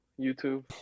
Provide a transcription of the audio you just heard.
YouTube